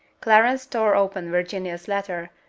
clarence tore open virginia's letter,